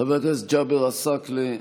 חבר הכנסת ג'אבר עסאקלה,